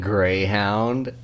Greyhound